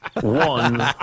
one